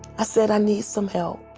i said i need some help.